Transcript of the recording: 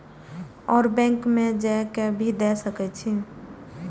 और बैंक में जा के भी दे सके छी?